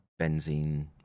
benzene